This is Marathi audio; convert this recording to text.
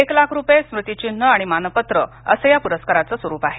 एक लाख रूपये स्मृतिचिन्ह आणि मानपत्र असं या प्रस्काराचं स्वरूप आहे